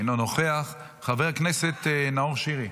אינו נוכח, חבר הכנסת נאור שירי.